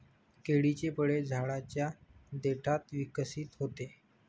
केळीचे फळ झाडाच्या देठात विकसित होते